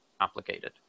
complicated